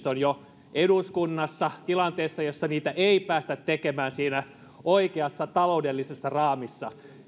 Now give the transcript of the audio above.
on jo eduskunnassa tilanteessa jossa niitä ei päästä tekemään oikeassa taloudellisessa raamissa